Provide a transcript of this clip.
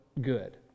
good